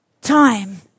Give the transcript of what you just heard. time